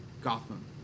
Gotham